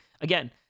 again